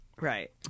right